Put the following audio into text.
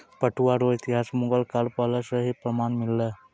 पटुआ रो इतिहास मुगल काल पहले से ही प्रमान मिललै